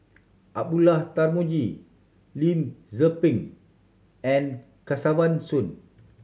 Abdullah Tarmugi Lim Tze Peng and Kesavan Soon